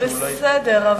בסדר,